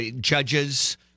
judges